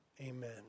amen